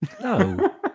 No